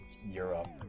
Europe